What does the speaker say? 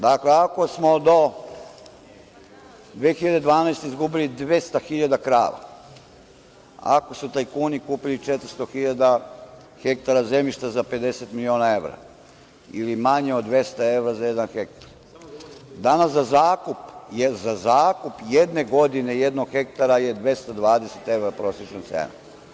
Dakle, ako smo do 2012. godine izgubili 200 hiljada krava, ako su tajkuni kupili 400 hiljada hektara zemljišta za 50 miliona evra ili manje od 300 evra za jedan hektar, danas za zakup jedne godine jednog hektara je 220 evra prosečna cena.